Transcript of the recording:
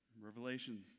Revelation